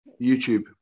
YouTube